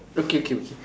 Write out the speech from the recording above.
okay K